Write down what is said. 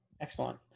Excellent